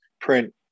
print